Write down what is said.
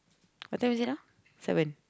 what time is now seven